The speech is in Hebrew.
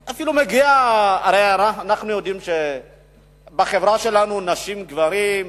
הרי אנחנו יודעים שבחברה שלנו נשים גברים,